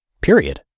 period